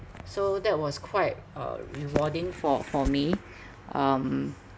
so that was quite uh rewarding for for me um